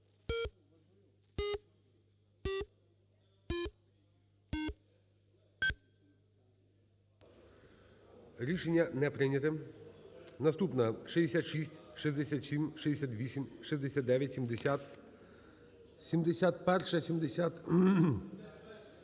Рішення не прийнято. Наступна – 66. 67. 68. 69. 70. 71-а.